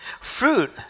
Fruit